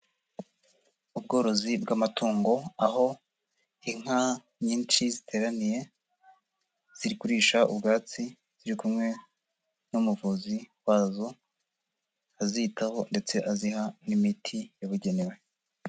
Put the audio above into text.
Ubworozi bw'amatungo, aho inka nyinshi ziteraniye, ziri kurisha ubwatsi, ziri kumwe n'umuvuzi wazo azitaho ndetse aziha n'imiti yabugenewe.